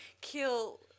kill